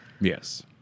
Yes